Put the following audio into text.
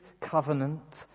covenant